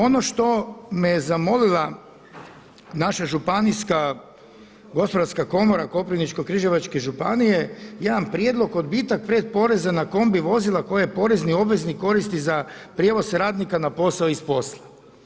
Ono što me je zamolila naša županijska Gospodarska komora Koprivničko-križevačke županije jedan prijedlog odbitak pretporeza na kombi vozila koje porezni obveznik koristi za prijevoz radnika na posao i s posla.